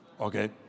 Okay